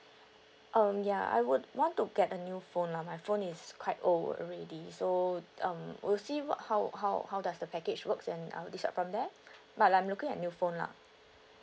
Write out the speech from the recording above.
um ya I would want to get a new phone lah my phone is quite old already so um we'll see what how how how does the package works and I'll decide from there but I'm looking at new phone lah